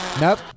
Nope